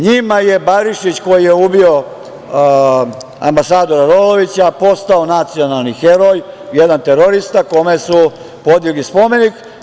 Njima je Barišić koji je ubio ambasadora Rovovića postao nacionalni heroj, jedan terorista kome su podigli spomenik.